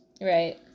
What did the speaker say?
Right